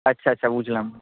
আচ্ছা আচ্ছা বুঝলাম